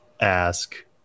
ask